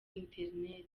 internet